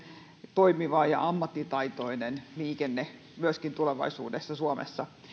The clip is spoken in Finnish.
toimiva ja ammattitaitoinen liikenne myöskin tulevaisuudessa suomessa